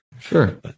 Sure